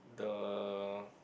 the